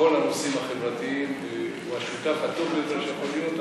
בכל הנושאים החברתיים הוא השותף הטוב ביותר שיכול להיות,